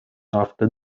after